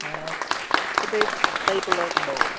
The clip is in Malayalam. ആ ഇപ്പോഴത്തെ ഈ ടൈപ്പ് ഉള്ളതൊക്കെ ഉണ്ടാവുമോ